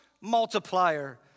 multiplier